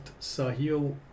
Sahil